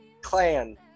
Clan